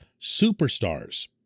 superstars